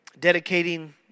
dedicating